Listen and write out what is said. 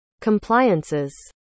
Compliances